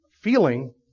feeling